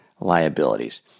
liabilities